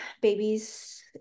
babies